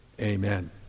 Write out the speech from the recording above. Amen